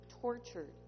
tortured